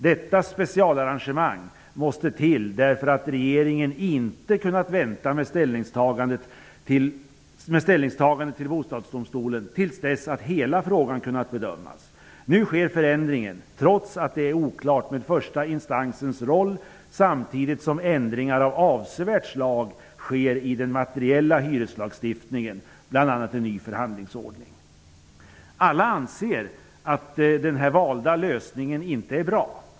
Detta specialarrangemang måste till därför att regeringen inte kunnat vänta med ställningstagandet till Bostadsdomstolen till dess att hela frågan kunnat bedömas. Nu sker förändringen trots att det är oklart med första instansens roll, samtidigt som ändringar av avsevärt slag sker i den materiella hyrslagstiftningen, bl.a. en ny förhandlingsordning. Alla anser att den valda lösningen inte är bra.